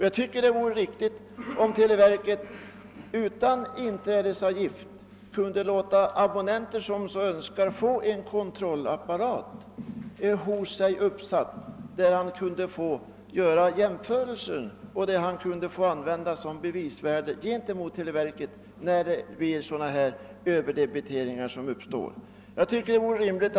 Jag anser att det vore riktigt att televerket utan inträdesavgift kunde låta abonnenter, som så önskar, få en kontrollmätare installerad hos sig, varigenom de kunde göra jämförelser med televerkets debiteringar och använda kontrollmätarens resultat som bevis gentemot televerket i de fall då det uppstår överdebiteringar.